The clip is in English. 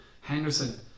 Henderson